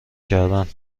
کردن